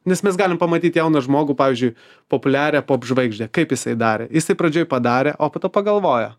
nes mes galim pamatyti jauną žmogų pavyzdžiui populiarią popžvaigždę kaip jisai darė jisai pradžioje padarė o po to pagalvojo